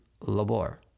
labor